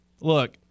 Look